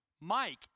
Mike